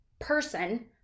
person